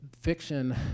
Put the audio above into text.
fiction